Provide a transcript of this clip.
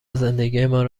زندگیمان